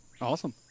Awesome